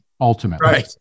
ultimately